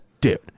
Dude